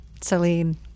Celine